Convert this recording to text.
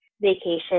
vacation